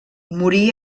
morí